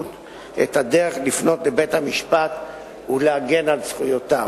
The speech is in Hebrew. את הדרך לפנות לבית-המשפט ולהגן על זכויותיו.